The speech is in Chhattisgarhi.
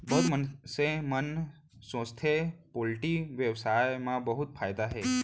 बहुत मनसे मन सोचथें पोल्टी बेवसाय म बहुत फायदा हे